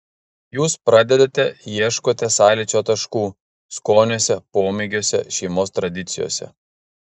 jūs pradedate ieškote sąlyčio taškų skoniuose pomėgiuose šeimos tradicijose